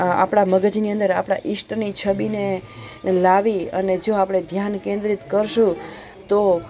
આપણા મગજની અંદર આપણા ઇષ્ટની છબીને લાવી અને જો આપણે ધ્યાન કેન્દ્રિત કરીશું તો